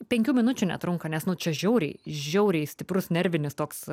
penkių minučių netrunka nes nu čia žiauriai žiauriai stiprus nervinis toks